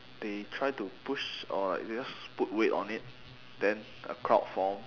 they try to push or you can just put weight on it then a crowd forms